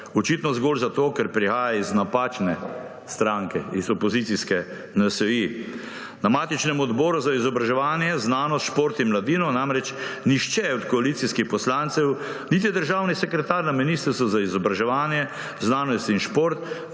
očitno zgolj zato, ker prihaja iz napačne stranke, iz opozicijske NSi. Na matičnem Odboru za izobraževanje, znanost, šport in mladino namreč nihče od koalicijskih poslancev niti državni sekretar na Ministrstvu za izobraževanje, znanost in šport